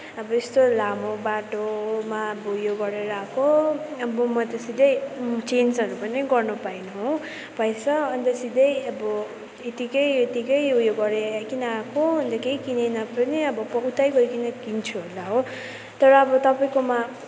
अब यस्तो लामे बाटोमा अब उयो गरेर आएको अब म त सिधै चेन्जहरू पनि गर्न पाइनँ हो पैसा अन्त सिधै अब यतिकै यतिकै उयो गरिकन आएको अन्त केही किनिनँ पनि अब उतै गइकन किन्छु होला हो तर अब तपाईँकोमा